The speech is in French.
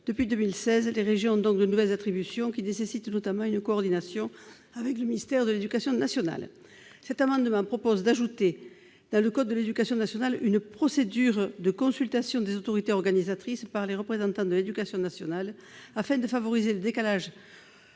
Depuis 2016, celles-ci ont donc de nouvelles attributions, qui nécessitent notamment une coordination avec le ministère de l'éducation nationale. Cet amendement tend à ajouter dans le code de l'éducation une procédure de consultation des autorités organisatrices par les représentants de l'éducation nationale, afin de favoriser le décalage